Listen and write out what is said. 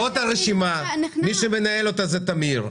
זאת הרשימה, מי שמנהל אותה הוא טמיר.